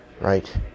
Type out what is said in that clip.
right